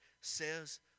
says